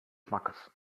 schmackes